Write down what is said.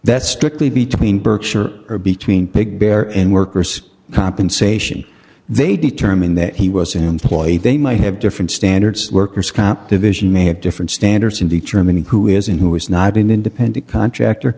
that's strictly between berkshire or between big bear and workers compensation they determine that he was an employee they might have different standards worker's comp division may have different standards in determining who is in who is not an independent contractor